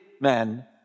men